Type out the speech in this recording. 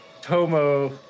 Tomo